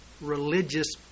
religious